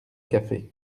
café